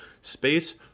space